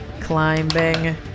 climbing